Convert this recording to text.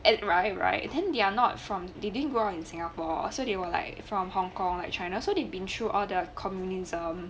at right right then they are not from they didn't grow up in singapore so they were like from Hong Kong and China so they've been through all their communism